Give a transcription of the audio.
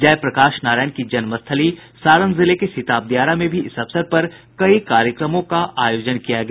जय प्रकाश नारायण की जन्मस्थली सारण जिले के सिताब दियारा में भी इस अवसर पर कई कार्यक्रमों का आयोजन किया गया